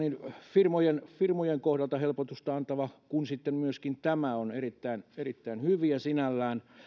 firmojen firmojen kohdalla helpotusta antava kuin sitten myöskin tämä ovat erittäin hyviä sinällään